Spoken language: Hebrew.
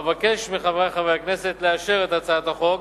אבקש מחברי חברי הכנסת לאשר את הצעת החוק